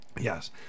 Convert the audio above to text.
Yes